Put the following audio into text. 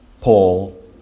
Paul